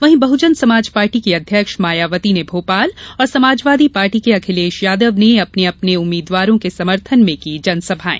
वहीं बहुजन समाज पार्टी की अध्यक्ष मायावती ने भोपाल और समाजवादी पार्टी के अखिलेश यादव ने अपने अपने उम्मीदवारों के समर्थन में की जनसभाएं